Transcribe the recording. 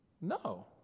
No